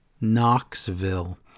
Knoxville